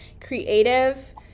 creative